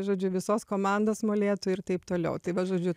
žodžiu visos komandos molėtų ir taip toliau tai va žodžiu